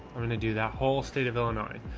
i'm going to do that whole state of illinois.